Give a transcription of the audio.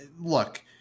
look